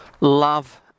love